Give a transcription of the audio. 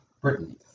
Britain